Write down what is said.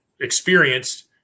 experienced